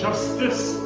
Justice